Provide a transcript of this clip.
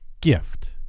gift